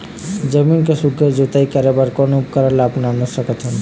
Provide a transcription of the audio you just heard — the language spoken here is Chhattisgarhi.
जमीन के सुघ्घर जोताई करे बर कोन उपकरण ला अपना सकथन?